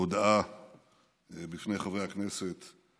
הודעה בפני חברי הכנסת.